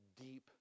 deep